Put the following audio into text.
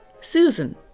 Susan